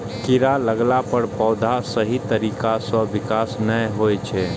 कीड़ा लगला पर पौधाक सही तरीका सं विकास नै होइ छै